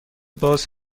باز